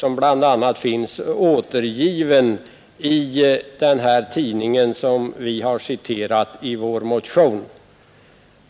Den finns bl.a. återgiven i den tidning vi har citerat i vår motion.